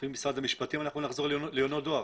לפי משרד המשפטים אנחנו נחזור ליונות דואר.